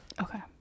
Okay